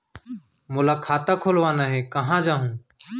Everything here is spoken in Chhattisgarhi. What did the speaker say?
मोला खाता खोलवाना हे, कहाँ जाहूँ?